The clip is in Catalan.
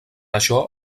això